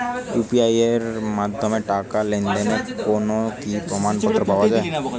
UPI এর মাধ্যমে টাকা লেনদেনের কোন কি প্রমাণপত্র পাওয়া য়ায়?